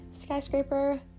skyscraper